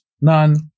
None